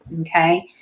okay